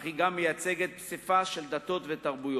אך היא גם מייצגת פסיפס של דתות ותרבויות.